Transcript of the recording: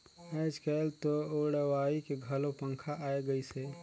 आयज कायल तो उड़वाए के घलो पंखा आये गइस हे